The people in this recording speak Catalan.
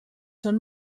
són